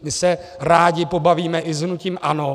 My se rádi pobavíme i s hnutím ANO.